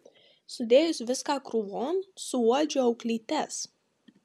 sudėjus viską krūvon suuodžiu auklytes